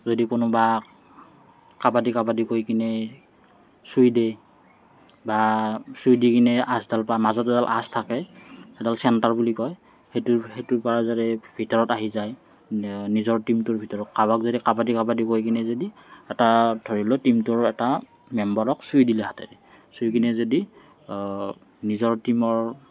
যদি কোনোবা কাবাডী কাবাডী কৈকেনে চুই দিয়ে বা চুই দিকেনে আঁচডাল পৰা মাজত এডাল আঁচ থাকে সেইডাল চেণ্টাৰ বুলি কয় সেইটো সেইটোৰ পৰা যদি ভিতৰত আহি যায় নিজৰ টিমটোৰ ভিতৰত কাৰোবাক যদি কাবাডী কাবাডী কৈকেনে যদি এটা ধৰি লওক টিমটোৰ এটা মেম্বাৰক চুই দিলে হাতে চুইকেনে যদি নিজৰ টিমৰ